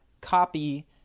copy